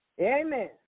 Amen